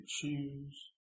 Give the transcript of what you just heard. choose